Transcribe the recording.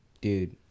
dude